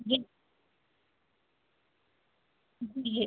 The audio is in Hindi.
जी जी ये